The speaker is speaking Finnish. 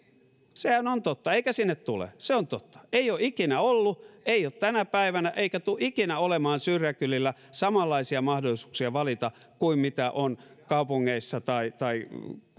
sehän on totta eikä sinne tule se on totta ei ole ikinä ollut ei ole tänä päivänä eikä tule ikinä olemaan syrjäkylillä samanlaisia mahdollisuuksia valita kuin mitä on kaupungeissa tai tai